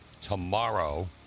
tomorrow